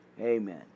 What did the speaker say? Amen